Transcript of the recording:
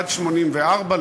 עד 84,